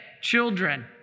children